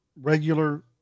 regular